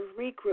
regroup